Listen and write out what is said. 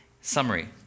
Summary